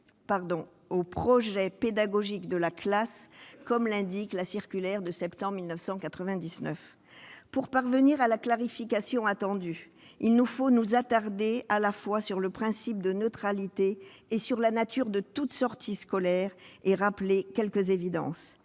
au projet pédagogique de la classe, comme l'indique la circulaire de septembre 1999. Pour parvenir à la clarification attendue, il nous faut nous attarder à la fois sur le principe de neutralité et sur la nature de toute sortie scolaire, tout en rappelant quelques évidences.